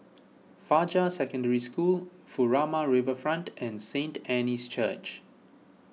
Fajar Secondary School Furama Riverfront and Saint Anne's Church